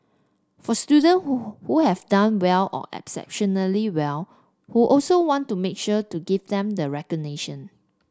for students who who have done well or exceptionally well who also want to make sure to give them the recognition